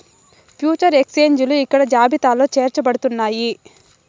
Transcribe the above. future ఎక్స్చేంజిలు ఇక్కడ జాబితాలో చేర్చబడుతున్నాయి